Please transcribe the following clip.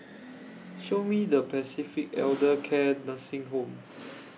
Show Me The Way to Pacific Elder Care Nursing Home